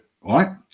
right